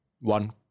one